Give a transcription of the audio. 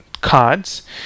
Cards